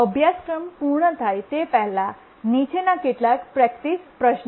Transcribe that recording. અભ્યાસક્રમ પૂર્ણ થાય તે પહેલાં નીચેના કેટલાક પ્રેક્ટિસ પ્રશ્નો છે